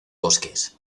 bosques